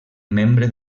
membre